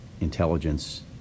intelligence